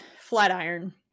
Flatiron